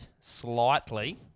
slightly